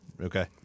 Okay